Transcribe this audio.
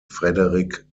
frederik